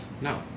No